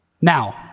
Now